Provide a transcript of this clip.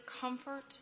comfort